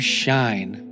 shine